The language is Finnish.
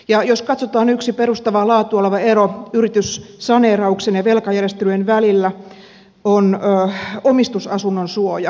ja jos katsotaan yksi perustavaa laatua oleva ero yrityssaneerauksen ja velkajärjestelyjen välillä se on omistusasunnon suoja